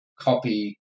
copy